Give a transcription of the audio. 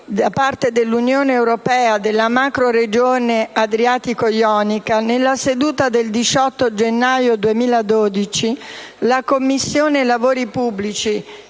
da parte dell'Unione europea della creazione della macroregione adriatico-ionica, nella seduta del 18 gennaio 2012 la Commissione lavori pubblici,